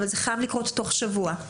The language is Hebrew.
אבל זה חייב לקרות תוך שבוע.